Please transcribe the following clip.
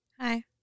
Hi